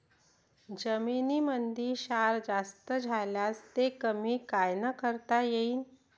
जमीनीमंदी क्षार जास्त झाल्यास ते कमी कायनं करता येईन?